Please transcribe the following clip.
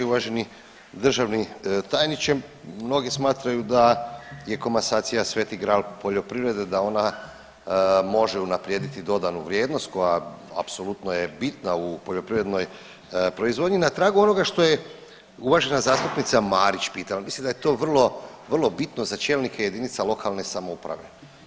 Uvaženi državni tajniče, mnogi smatraju da je komasacija sveti gral poljoprivrede, da ona može unaprijediti dodanu vrijednost koja apsolutno je bitna u poljoprivrednoj proizvodnji i na tragu onoga što je uvažena zastupnica Marić pitala mislim da je to vrlo, vrlo bitno za čelnike jedinica lokane samouprave.